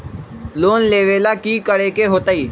Loan लेवेला की करेके होतई?